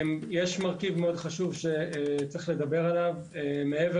יש מרכיב מאוד חשוב שצריך לדבר עליו מעבר